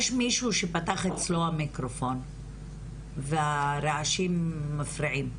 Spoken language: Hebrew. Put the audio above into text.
יש מישהו שפתח אצלו מיקרופון והרעשים מפריעים.